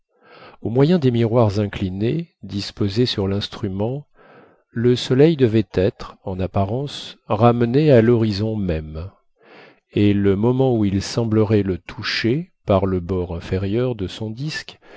au moyen des miroirs inclinés disposés sur l'instrument le soleil devait être en apparence ramené à l'horizon même et le moment où il semblerait le toucher par le bord inférieur de son disque